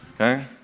Okay